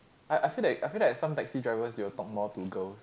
I I feel like I feel like some taxi drivers will talk more to girl